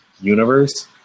universe